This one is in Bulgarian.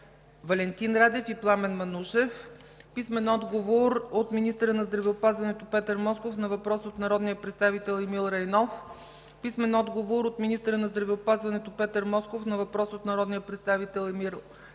Валентин Радев и Пламен Манушев; - министъра на здравеопазването Петър Москов на въпрос от народния представител Емил Райнов; - министъра на здравеопазването Петър Москов на въпрос от народния представител Емил Райнов;